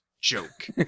joke